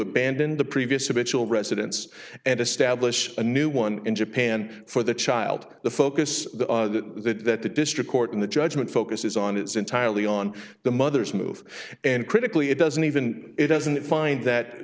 abandon the previous a bitch will residence and establish a new one in japan for the child the focus that the district court in the judgment focuses on it's entirely on the mother's move and critically it doesn't even it doesn't find that